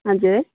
हजुर